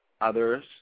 others